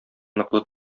ныклы